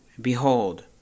behold